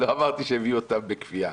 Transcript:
לא אמרתי שהביאו אותם בכפייה,